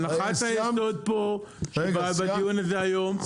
הנחת הייסוד פה שבדיון הזה היום,